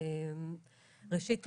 ראשית,